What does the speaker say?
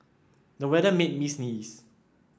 the weather made me sneeze